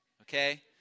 okay